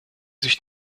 sich